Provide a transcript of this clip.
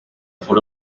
photo